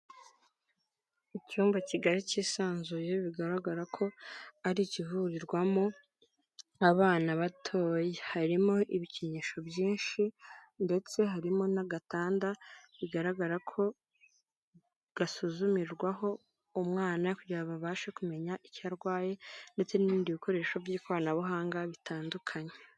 Icyumba kigari cyisanzuye bigaragara ko ari ikihurirwamo abana batoya, harimo ibikinisho byinshi ndetse harimo n'agatanda bigaragara ko gasuzumirwaho umwana kugira abashe kumenya icyo arwaye, ndetse n'ibindi bikoresho by'ikoranabuhanga bitandukanye.